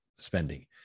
Spending